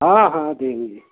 हाँ हाँ देंगे